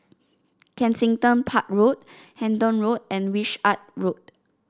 Kensington Park Road Hendon Road and Wishart Road